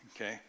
okay